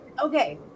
okay